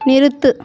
நிறுத்து